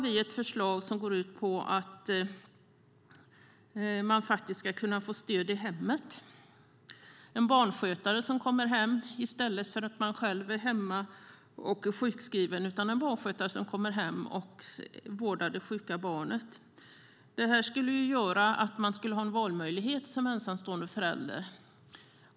Vi föreslår att man ska kunna få stöd i hemmet av en barnskötare i stället för att själv vara hemma för vård av barn. Då skulle man ha en valmöjlighet som ensamstående förälder.